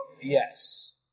Yes